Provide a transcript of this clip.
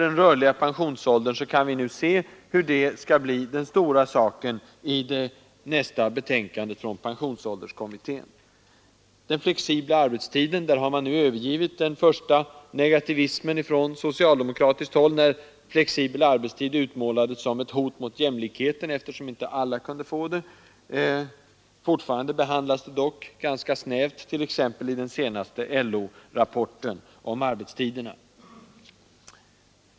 Den rörliga pensionsåldern blir den stora saken i nästa betänkande från pensionsålderskommittén. När det gäller den flexibla arbetstiden har man på socialdemokratiskt håll nu övergivit den första negativismen — den flexibla arbetstiden utmålades ju som ett hot mot jämlikheten, eftersom alla inte kunde komma i åtnjutande av den. Fortfarande behandlas dock detta krav ganska snävt, t.ex. i den senaste LO-rapporten om arbetstiderna.